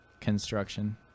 construction